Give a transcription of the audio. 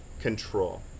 control